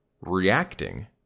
reacting